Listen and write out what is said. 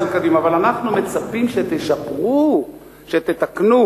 אבל גם נאמר שמאז שחרב בית-המקדש לא ניתנה